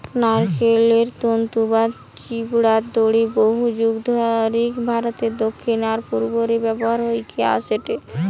নারকেল তন্তু বা ছিবড়ার দড়ি বহুযুগ ধরিকি ভারতের দক্ষিণ আর পূর্ব রে ব্যবহার হইকি অ্যাসেটে